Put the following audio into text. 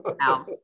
house